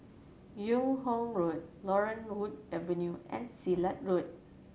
Yung Ho Road Laurel Wood Avenue and Silat Road